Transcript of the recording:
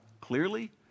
clearly